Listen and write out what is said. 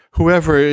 Whoever